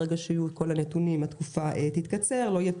ברגע שיהיו כל הנתונים התקופה תתקצר ולא יהיה